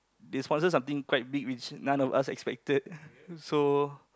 they sponsor something quite big which none of us expected so